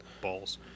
balls